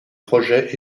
projet